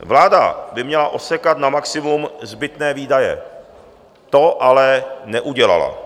Vláda by měla osekat na maximum zbytné výdaje, to ale neudělala.